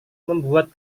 membuat